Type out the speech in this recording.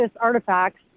artifacts